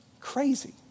Crazy